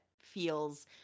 feels